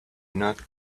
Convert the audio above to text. not